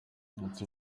ati